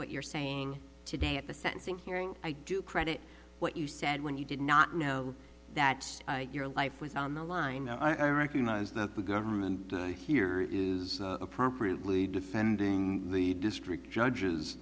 what you're saying today at the sentencing hearing i do credit what you said when you did not know that your life was on the line i recognize that the government here is appropriately defending the district judge